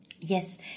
yes